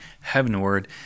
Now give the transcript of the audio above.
heavenward